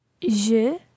Je